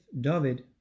David